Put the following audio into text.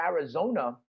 Arizona